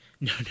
No